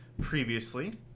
previously